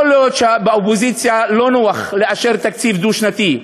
יכול להיות שבאופוזיציה לא נוח לאשר תקציב דו-שנתי,